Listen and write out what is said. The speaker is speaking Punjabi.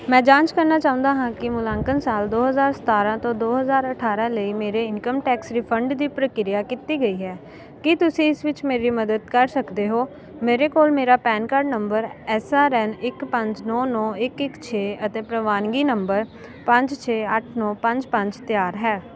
ਮੈਂ ਜਾਂਚ ਕਰਨਾ ਚਾਹੁੰਦਾ ਹਾਂ ਕਿ ਮੁਲਾਂਕਣ ਸਾਲ ਦੋ ਹਜ਼ਾਰ ਸਤਾਰਾਂ ਤੋਂ ਦੋ ਹਜ਼ਾਰ ਅਠਾਰਾਂ ਲਈ ਮੇਰੇ ਇਨਕਮ ਟੈਕਸ ਰਿਫੰਡ ਦੀ ਪ੍ਰਕਿਰਿਆ ਕੀਤੀ ਗਈ ਹੈ ਕੀ ਤੁਸੀਂ ਇਸ ਵਿੱਚ ਮੇਰੀ ਮਦਦ ਕਰ ਸਕਦੇ ਹੋ ਮੇਰੇ ਕੋਲ ਮੇਰਾ PAN card number S R N I ਪੰਜ ਨੌਂ ਨੌਂ ਇੱਕ ਇੱਕ ਛੇ ਅਤੇ ਪ੍ਰਵਾਨਗੀ ਨੰਬਰ ਪੰਜ ਛੇ ਅੱਠ ਨੌਂ ਪੰਜ ਪੰਜ ਤਿਆਰ ਹੈ